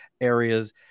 areas